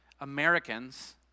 Americans